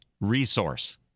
resource